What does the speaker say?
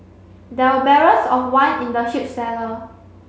there were barrels of wine in the huge cellar